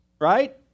Right